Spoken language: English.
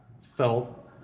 felt